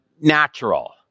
natural